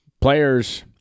Players